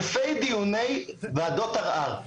אלפי דיוני ועדת ערר.